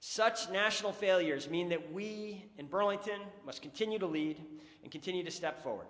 such national failures mean that we in burlington must continue to lead and continue to step forward